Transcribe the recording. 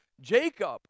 Jacob